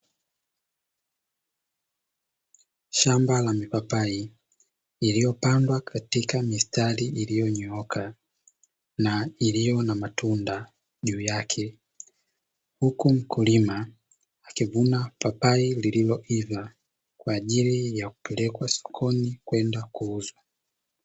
Shamba la mipapai iliyopandwa katika mistari iliyonyooka na iliyo na matunda juu yake, huku mkulima akivuna papai lililoiva kwaajili ya kupelekwa sokoni kwenda kuuzwa.